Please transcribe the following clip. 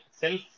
self